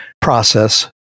process